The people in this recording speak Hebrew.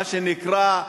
מה שנקרא,